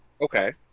Okay